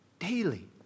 daily